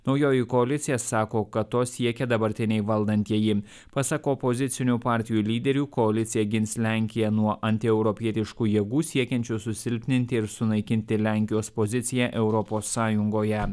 naujoji koalicija sako kad to siekia dabartiniai valdantieji pasak opozicinių partijų lyderių koalicija gins lenkiją nuo antieuropietiškų jėgų siekiančių susilpninti ir sunaikinti lenkijos poziciją europos sąjungoje